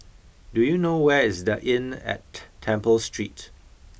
do you know where is the Inn at Temple Street